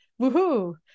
woohoo